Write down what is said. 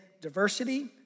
diversity